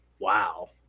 Wow